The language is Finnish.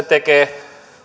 tekee